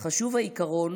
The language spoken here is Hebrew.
"חשוב העיקרון